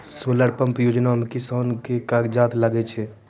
Solar pump योजना म किसान के की कागजात लागै छै?